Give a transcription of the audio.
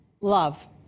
love